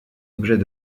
objets